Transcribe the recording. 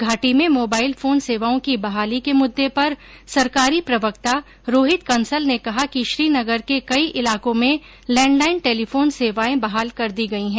घाटी में mobile phone सेवाओं की बहाली के मुद्दे पर सरकारी प्रवक्ता रोहित कंसल ने कहा कि श्रीनगर के कई इलाकों में लैंडलाइन टेलीफोन सेवाएं बहाल कर दी गई हैं